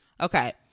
Okay